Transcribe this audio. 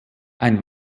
ein